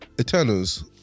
Eternals